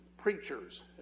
Preachers